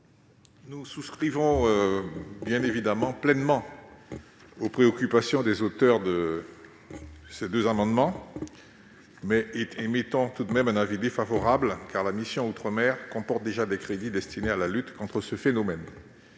Nous souscrivons bien évidemment pleinement aux préoccupations des auteurs de ces deux amendements, mais nous émettrons un avis défavorable, car la mission « Outre-mer » comporte déjà des crédits destinés à la lutte contre ce phénomène.